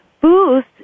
boost